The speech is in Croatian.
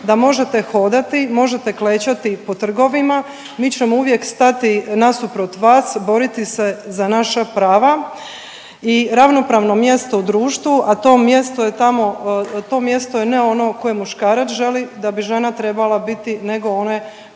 da možete hodati, možete klečati po trgovima mi ćemo uvijek stati nasuprot vas boriti se za naša prava i ravnopravno mjesto u društvu, a to mjesto je tamo, to mjesto je ne ono koje muškarac želi da bi žena trebala biti nego one